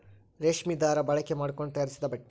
ರೇಶ್ಮಿ ದಾರಾ ಬಳಕೆ ಮಾಡಕೊಂಡ ತಯಾರಿಸಿದ ಬಟ್ಟೆ